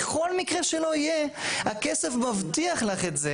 בכל מקרה שלא יהיה הכסף מבטיח לך את זה